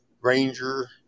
Ranger